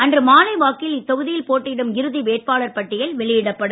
அன்று மாலைவாக்கில் இத்தொகுதியில் போட்டியிடும் இறுதி வேட்பாளர் பட்டியல் வெளியிடப்படும்